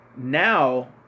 Now